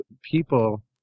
people